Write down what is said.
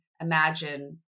imagine